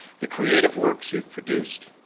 the creative works you've produced.